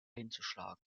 einzuschlagen